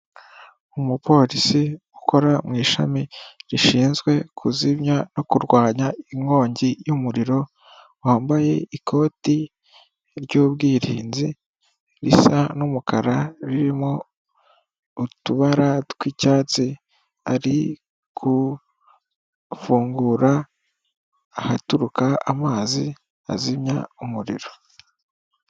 Umupolisi ukora mu ishami rishinzwe kuzimya no kurwanya inkongi y'umuriro, wambaye ikoti ry'ubwirinzi risa n'umukara, ririmo utubara tw'icyatsi, ari gufungura ahaturuka amazi azimya umuriro.